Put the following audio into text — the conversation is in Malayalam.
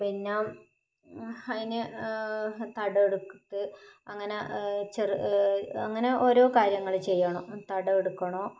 പിന്നെ അതിന് തടമെടുത്ത് അങ്ങനെ ചെറു അങ്ങനെ ഓരോ കാര്യങ്ങൾചെയ്യണം തട എടുക്കണോ